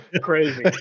crazy